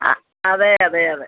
ആ അതെ അതെ അതെ